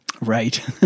right